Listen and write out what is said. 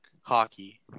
hockey